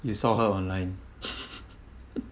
you saw her online